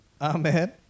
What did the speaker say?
Amen